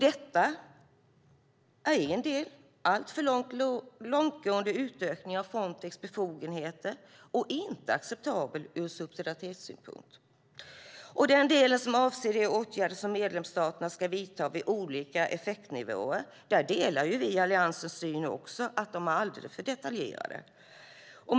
Detta är en alltför långtgående utökning av Frontex befogenheter och inte acceptabelt ur subsidiaritetssynpunkt. När det gäller den del som avser de åtgärder som medlemsstaterna ska vidta vid olika effektnivåer delar vi Alliansens syn att de är alldeles för detaljerade.